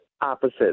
opposite